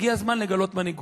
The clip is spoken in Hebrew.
הגיע זמן לגלות מנהיגות.